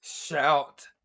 Shout